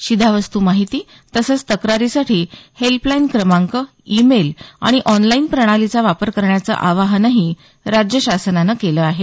शिधावस्तू माहिती तसंच तक्रारीसाठी हेल्पलाईन क्रमांक इमेल आणि ऑनलाईन प्रणालीचा वापर करण्याचं आवाहनही राज्यशासनानं केलं आहे